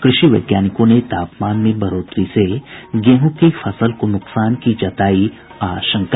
कृषि वैज्ञानिकों ने तापमान में बढ़ोतरी से गेहूं की फसल को नुकसान की जतायी आशंका